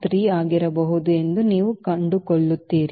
3 ಆಗಿರಬಹುದು ಎಂದು ನೀವು ಕಂಡುಕೊಳ್ಳುತ್ತೀರಿ